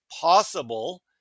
possible